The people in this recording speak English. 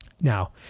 Now